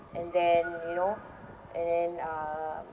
and then you know and then uh